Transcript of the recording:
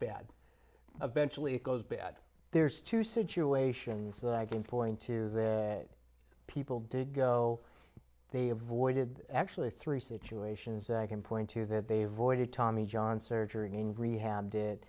bad eventually it goes bad there's two situations that i can point to the people did go they avoided actually three situations that i can point to that they voided tommy john surgery again rehab did